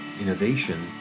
innovation